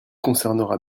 concernera